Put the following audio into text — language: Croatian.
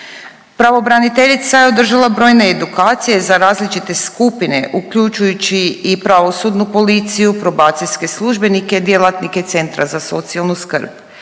Pravobraniteljica je održala brojne edukacije za različite skupine uključujući i pravosudnu policiju, probacijske službenike i djelatnike centra za socijalnu skrb.